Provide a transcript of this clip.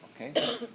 Okay